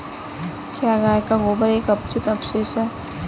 क्या गाय का गोबर एक अपचित अवशेष है?